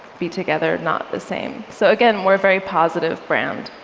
be together, not the same. so again, we're a very positive brand.